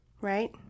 right